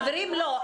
חברים, לא.